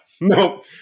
no